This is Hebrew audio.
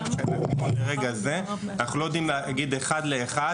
אנחנו לא יודעים להגיד אחד לאחד,